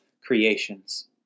creations